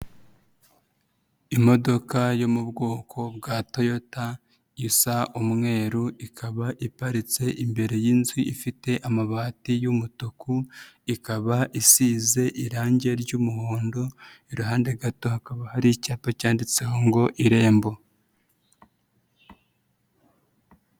Imodoka yo mu bwoko bwa Toyota isa umweru, ikaba iparitse imbere y'inzu ifite amabati y'umutuku ikaba isize irange ry'umuhondo, iruhande gato hakaba hari icyapa cyanditseho ngo irembo.